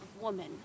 woman